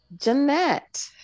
Jeanette